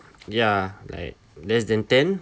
ya like less than ten